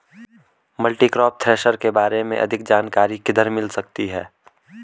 Multicrop thresher के बारे में अधिक जानकारी किधर से मिल सकती है?